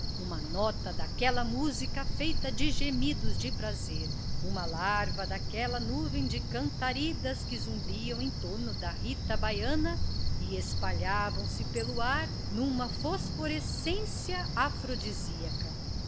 uma nota daquela música feita de gemidos de prazer uma larva daquela nuvem de cantáridas que zumbiam em torno da rita baiana e espalhavam-se pelo ar numa fosforescência afrodisíaca